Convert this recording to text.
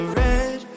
red